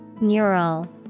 Neural